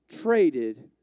traded